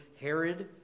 Herod